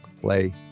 play